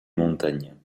montagnes